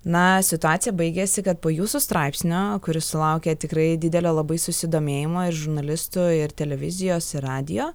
na situacija baigėsi kad po jūsų straipsnio kuris sulaukė tikrai didelio labai susidomėjimo ir žurnalistų ir televizijos ir radijo